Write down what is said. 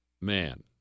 Man